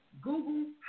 Google